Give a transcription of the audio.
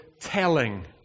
telling